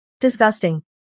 Disgusting